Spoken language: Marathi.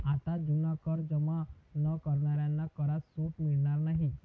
आता जुना कर जमा न करणाऱ्यांना करात सूट मिळणार नाही